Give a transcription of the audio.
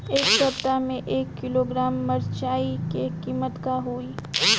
एह सप्ताह मे एक किलोग्राम मिरचाई के किमत का होई?